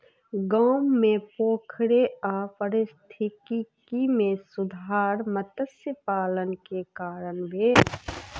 गाम मे पोखैर आ पारिस्थितिकी मे सुधार मत्स्य पालन के कारण भेल